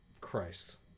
Christ